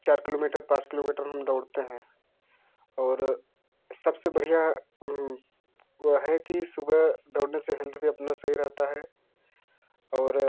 चार किलोमीटर पाँच किलोमीटर हम दौड़ते हैं और सबसे बढ़िया वह है कि सुबह दौड़ने से हेल्थ भी अपनी सही रहती है और